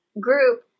group